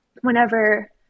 whenever